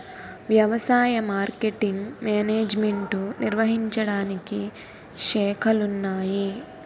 వ్యవసాయ marketing management నిర్వహించడానికి శాఖలున్నాయి